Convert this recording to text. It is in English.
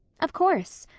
of course.